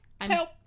Help